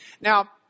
Now